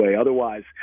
Otherwise